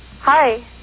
Hi